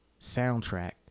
soundtrack